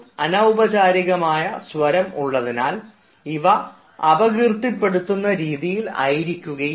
തികച്ചും അനൌപചാരികമായ സ്വരം ആയതിനാൽ ഇവ അപകീർത്തിപ്പെടുത്തുന്ന രീതിയിലായിരിക്കുകയില്ല